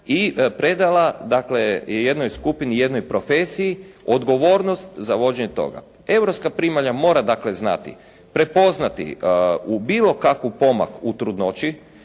i predala dakle jednoj skupini, jednoj profesiji odgovornost za vođenje toga. Europska primalja mora dakle znati prepoznati u, bilo kakav pomak u trudnoći